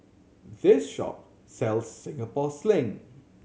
this shop sells Singapore Sling